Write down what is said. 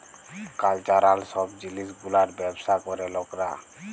cultural সব জিলিস গুলার ব্যবসা ক্যরে লকরা